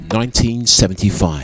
1975